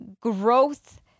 growth